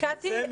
קטי,